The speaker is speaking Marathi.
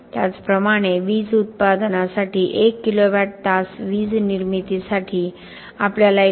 त्याचप्रमाणे वीज उत्पादनासाठी 1 किलोवॅट तास वीज निर्मितीसाठी आपल्याला 19